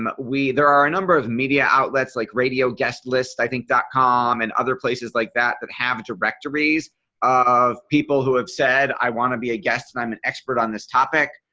um but we there are a number of media outlets like radio guest list. i think dot com and other places like that that have directories of people who have said i want to be a guest and i'm an expert on this topic.